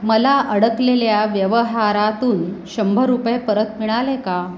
मला अडकलेल्या व्यवहारातून शंभर रुपये परत मिळाले का